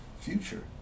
future